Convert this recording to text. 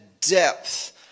depth